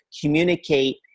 communicate